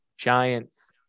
Giants